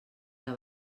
que